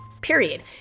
period